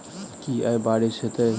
की आय बारिश हेतै?